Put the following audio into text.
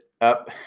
up